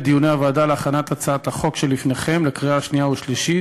דיוני הוועדה להכנת הצעת החוק שלפניכם לקריאה שנייה ושלישית,